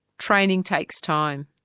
training takes time.